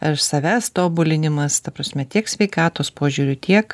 ar savęs tobulinimas ta prasme tiek sveikatos požiūriu tiek